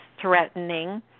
threatening